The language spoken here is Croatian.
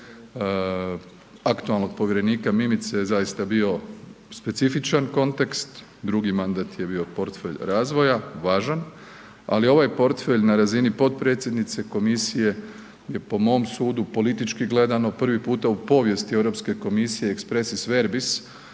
aktualnog povjerenika Mimica je zaista bio specifičan kontekst, drugi mandat je bio portfelj razvoja, važan, ali ovaj portfelj na razini potpredsjednice komisije je po mom sudu, politički gledano prvi puta u povijesti Europske komisije expressis verbis